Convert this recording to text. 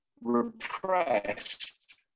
repressed